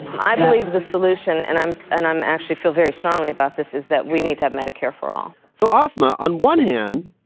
i believe the solution and i'm and i actually feel very strongly about this is that we need to have medicare-for-all. so, asma, on one hand,